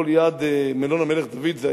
פה ליד מלון "המלך דוד",